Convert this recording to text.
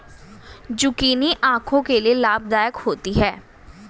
zucchini आंखों के लिए लाभदायक होती है